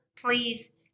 please